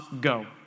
go